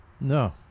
no